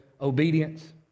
obedience